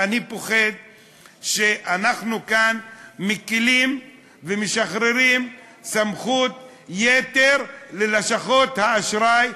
אני פוחד שאנחנו כאן מקלים ומשחררים סמכות יתר ללשכות האשראי,